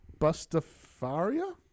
Bustafaria